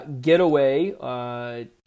getaway